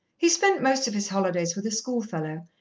he spent most of his holidays with a schoolfellow,